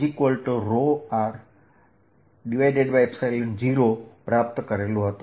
Erρ0 પ્રાપ્ત કર્યું છે